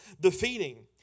defeating